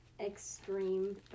Extreme